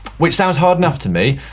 which sounds hard enough to me.